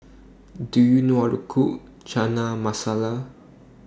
Do YOU know How to Cook Chana Masala